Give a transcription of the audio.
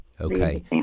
okay